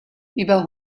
über